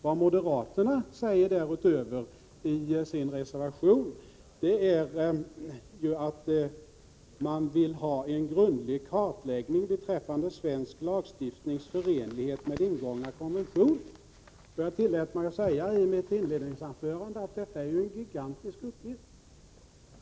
Vad moderaterna säger därutöver i sin reservation är att de vill ha en grundlig kartläggning beträffande svensk lagstiftnings förenlighet med ingångna konventioner. Jag tillät mig säga i mitt inledningsanförande att detta är en gigantisk uppgift.